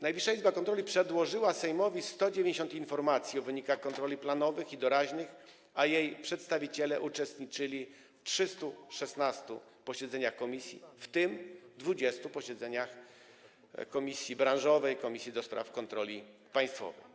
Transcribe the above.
Najwyższa Izba Kontroli przedłożyła Sejmowi 190 informacji o wynikach kontroli planowych i doraźnych, a jej przedstawiciele uczestniczyli w 316 posiedzeniach komisji, w tym 20 posiedzeniach komisji branżowej, Komisji do Spraw Kontroli Państwowej.